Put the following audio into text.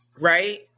Right